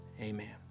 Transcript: amen